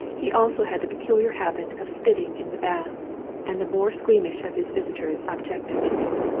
he also had the peculiar habit of spitting in the bath and the more squeamish of his visitors objected to it.